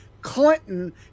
Clinton